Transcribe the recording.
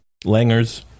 Langer's